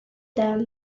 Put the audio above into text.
them